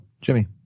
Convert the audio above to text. Jimmy